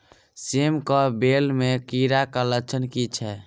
सेम कऽ बेल म कीड़ा केँ लक्षण की छै?